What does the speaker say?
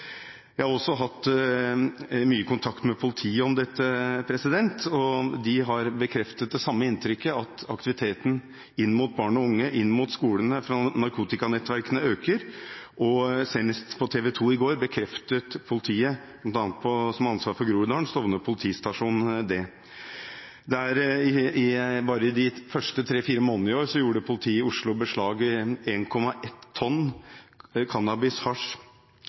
Jeg har også hatt mye kontakt med politiet om dette, og de har bekreftet det samme inntrykket, at aktiviteten rettet mot barn og unge og mot skolene fra narkotikanettverkene øker. Senest på TV 2 i går bekreftet politiet som bl.a. har ansvar for Groruddalen, Stovner politistasjon, dette. Bare i de første tre–fire månedene i år tok politiet i Oslo beslag i 1,1 tonn